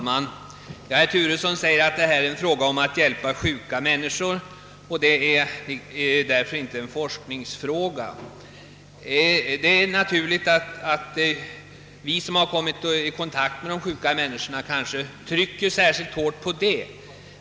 Herr talman! Herr Turesson sade att det här är fråga om att hjälpa sjuka människor — det är inte en forskningsfråga. Ja, det är naturligt, om vi som kommit i kontakt med sjuka människor, trycker särskilt hårt på den sidan av saken.